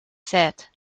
said